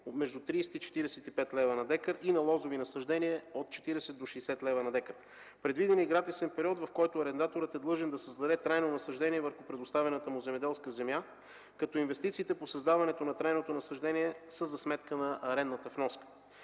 между 30 и 45 лева на декар, и на лозови насаждения – от 40 до 60 лева на декар. Предвиден е гратисен период, в който арендаторът е длъжен да създаде трайно насаждение върху предоставената му земеделска земя, като инвестициите по създаването на трайното насаждения са за сметка на арендната вноска.